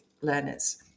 learners